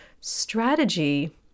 strategy